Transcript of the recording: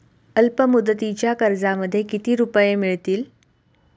अल्पमुदतीच्या कर्जामध्ये किती रुपये मिळतील?